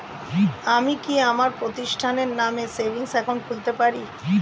আমি কি আমার প্রতিষ্ঠানের নামে সেভিংস একাউন্ট খুলতে পারি?